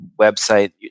website